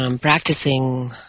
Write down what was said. Practicing